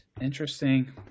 Interesting